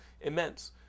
immense